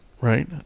Right